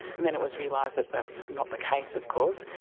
and then it was realised that that's not the case of course.